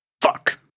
Fuck